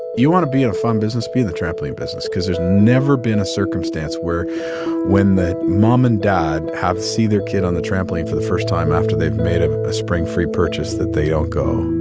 you want to be in a fun business? be in the trampoline business because there's never been a circumstance where when the mom and dad have see their kid on the trampoline for the first time after they've made ah a springfree purchase that they don't go,